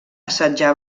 assetjar